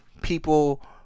people